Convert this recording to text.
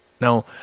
Now